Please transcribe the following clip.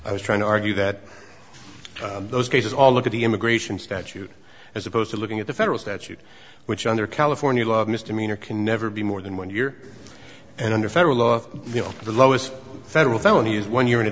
i was trying to argue that those cases all look at the immigration statute as opposed to looking at the federal statute which under california law misdemeanor can never be more than one year and under federal law you know the lowest federal felony is one year in a